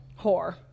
whore